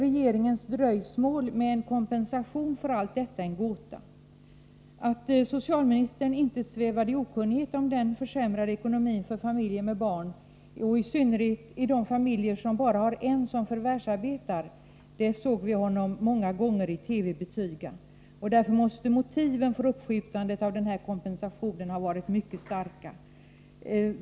Regeringens dröjsmål med en kompensation för allt detta är därför en gåta. Att socialministern inte svävade i okunnighet om den försämrade ekonomin för familjer med barn, i synnerhet de familjer där bara en förvärvsarbetar, såg vi honom många gånger i TV betyga. Därför måste motiven för uppskjutandet av denna kompensation ha varit mycket starka.